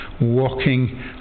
walking